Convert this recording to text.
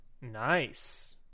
nice